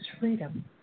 freedom